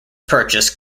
purchase